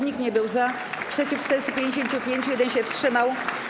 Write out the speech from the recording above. Nikt nie był za, przeciw - 455, 1 się wstrzymał.